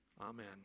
Amen